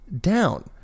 down